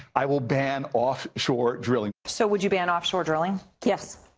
i will ban offshore drilling. so would you ban offshore drilling? yes.